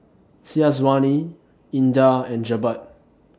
Syazwani Indah and Jebat